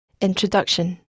introduction